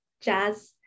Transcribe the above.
Jazz